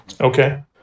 Okay